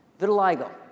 Vitiligo